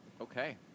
Okay